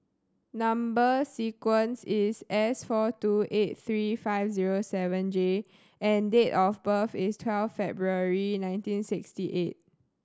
number sequence is S four two eight three five zero seven J and date of birth is twelve February nineteen sixty eight